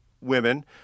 women